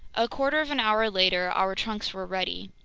a quarter of an hour later, our trunks were ready.